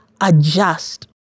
adjust